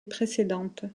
précédentes